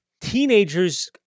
teenagers